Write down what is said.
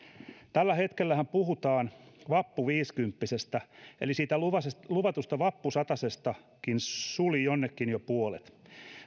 tällä hetkellähän puhutaan vappuviisikymppisestä eli siitä luvatusta vappusatasestakin suli jonnekin jo puolet